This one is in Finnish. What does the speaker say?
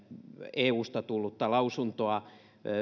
eusta tullutta lausuntoa